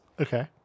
Okay